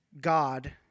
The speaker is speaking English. God